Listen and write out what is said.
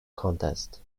contest